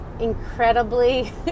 incredibly